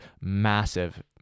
massive